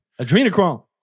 Adrenochrome